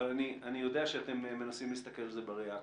אבל אני יודע שאתם מנסים להסתכל על זה בראייה הכוללת.